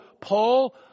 Paul